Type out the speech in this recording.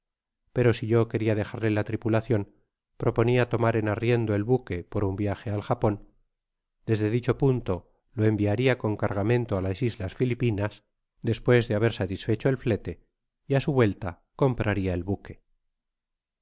pero si yo queria dejarle la tripulacion proponia tomar en arriendo el buque por un viaje al japon desde dicho punto to enviaria con cargamento á las islas filipinas despues de haber satisfecho el flete y á su vuelta compraria el buque